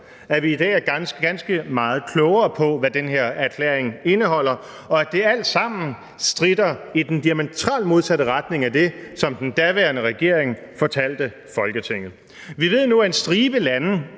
Vi er i dag ganske meget klogere på, hvad den her erklæring indeholder, og det stritter alt sammen i den diametralt modsatte retning af det, som den daværende regering fortalte Folketinget. Vi ved nu, at en stribe lande